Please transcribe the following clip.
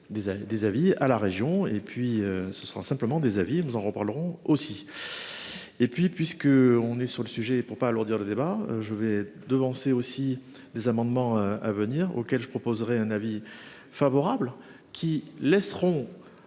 des avis à la région et puis ce sera simplement des avis et nous en reparlerons aussi. Et puis puisque on est sur le sujet pour pas alourdir le débat je vais devancer aussi des amendements à venir auquel je proposerai un avis favorable qui laisseront.